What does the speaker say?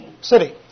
city